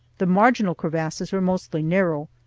the marginal crevasses were mostly narrow,